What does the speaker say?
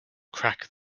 crack